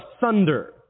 thunder